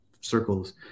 circles